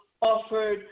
offered